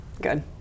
Good